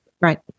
right